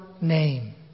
name